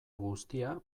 guztia